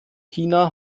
china